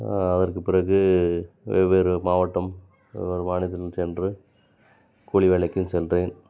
அதற்கு பிறகு வெவ்வேறு மாவட்டம் வெவ்வேறு மாநிலத்திலும் சென்று கூலி வேலைக்கும் சென்றேன்